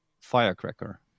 firecracker